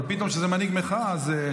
אבל פתאום כשזה מנהיג מחאה, אז,